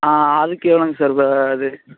ஆ அதுக்கு எவ்வளோங்க சார் வ இது